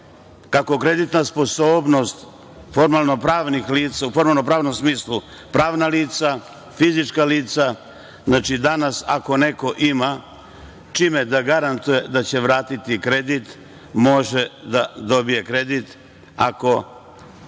kako kreditna sposobnost formalno-pravnih lica, u formalno-pravnom smislu pravna lica, fizička lica, znači, danas ako neko ima čime da garantuje da će vratiti kredit, može da dobije kredit. Ako projekat